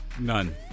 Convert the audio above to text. None